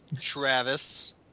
Travis